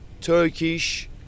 Turkish